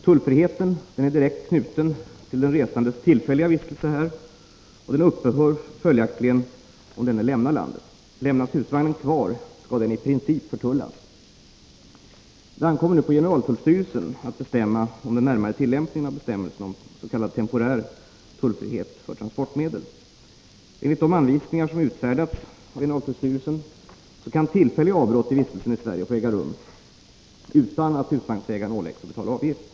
Tullfriheten är direkt knuten till den resandes tillfälliga vistelse här och upphör följaktligen om denne lämnar landet. Lämnas husvagnen kvar skall den i princip förtullas. Det ankommer på generaltullstyrelsen att bestämma om den närmare tillämpningen av bestämmelserna om temporär tullfrihet för transportmedel. Enligt de anvisningar som utfärdats av generaltullstyrelsen kan tillfälliga avbrott i vistelsen i Sverige få äga rum utan att husvagnsägaren åläggs att betala avgift.